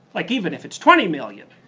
like even if it's twenty million,